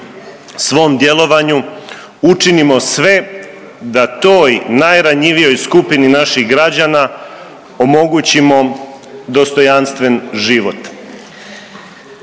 svom djelovanju učinimo sve da toj najranjivijoj skupini naših građana omogućimo dostojanstven život.